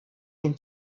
dem